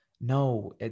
no